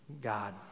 God